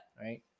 Right